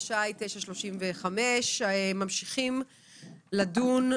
השעה 9:35. אנחנו ממשיכים לדון,